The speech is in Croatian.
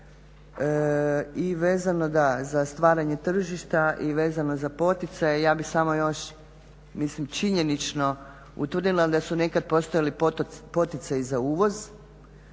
i vezano za stvaranje tržišta i vezano za poticaje ja bih samo još, mislim činjenično utvrdila da su nekad postojali poticaji za uvoz